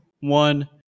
one